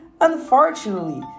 Unfortunately